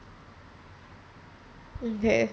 okay